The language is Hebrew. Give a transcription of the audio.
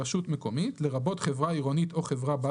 "רשות מקומית" לרבות חברה עירונית או חברה בת